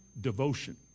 devotion